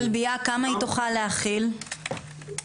כמה תוכל להכיל הכלבייה?